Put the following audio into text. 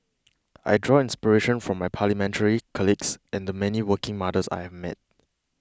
I draw inspiration from my parliamentary colleagues and the many working mothers I have met